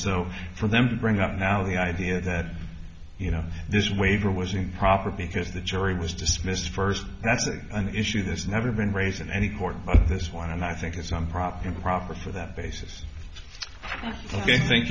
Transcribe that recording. so for them to bring up now the idea that you know this waiver was improper because the jury was dismissed first that's an issue that's never been raised in any court this one and i think it's on proper and proper for that basis thank